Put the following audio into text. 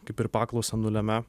kaip ir paklausą nulemia